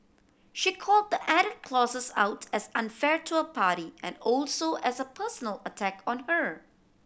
she called the added clauses out as unfair to her party and also as a personal attack on her